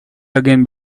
again